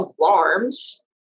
alarms